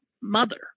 mother